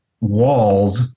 walls